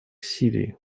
сирии